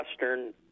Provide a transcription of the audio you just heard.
Western